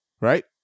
right